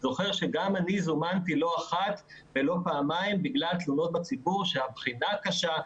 זוכר שגם אני זומנתי לא אחת ולא פעמיים בגלל תלונות בציבור שהבחינה קשה,